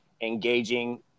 engaging